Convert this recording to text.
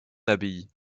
abbaye